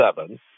seven